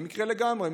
במקרה לגמרי,